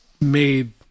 made